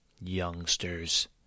youngsters